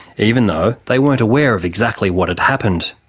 even though they weren't aware of exactly what had happened.